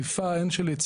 הן של אכיפה,